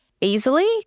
easily